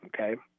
okay